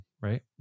Right